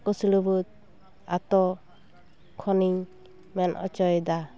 ᱠᱩᱥᱲᱟᱹᱵᱟᱹᱫᱽ ᱟᱛᱚ ᱠᱷᱚᱱᱤᱧ ᱢᱮᱱ ᱚᱪᱚᱭᱮᱫᱟ